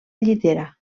llitera